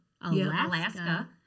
Alaska